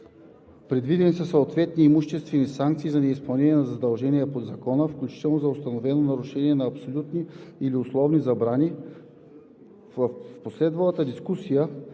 Предвидени са съответните имуществени санкции за неизпълнение на задължения по Закона, включително за установено нарушение на абсолютните или условните забрани. В последвалата дискусия